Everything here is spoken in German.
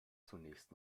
zunächst